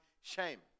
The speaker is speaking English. shame